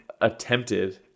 attempted